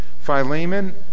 Philemon